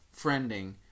friending